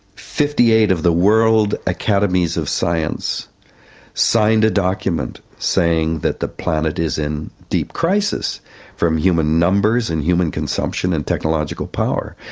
fifty eight of the world academies of science sign a document saying that the planet is in deep crisis from human numbers and human consumption and technological power,